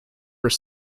were